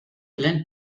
lend